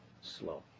slow